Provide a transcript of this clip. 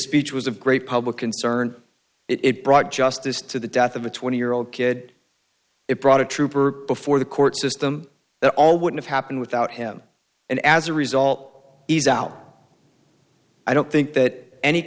speech was a great public concern it brought justice to the death of a twenty year old kid it brought a trooper before the court system that all would have happened without him and as a result he's out i don't think that any